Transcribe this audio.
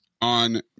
on